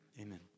Amen